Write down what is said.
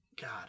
God